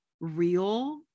real